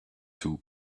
two